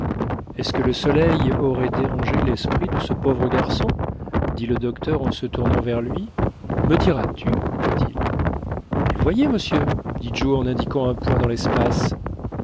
est-ce que le soleil aurait dérangé l'esprit de ca pauvre garçon dit le docteur en se tournant vers lui me diras-tu dit-il mais voyez monsieur dit joe en indiquant un point dans l'espace